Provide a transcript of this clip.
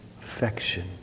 affection